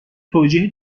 توجیه